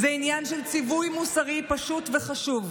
זה עניין של ציווי מוסרי פשוט וחשוב.